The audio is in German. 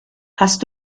hast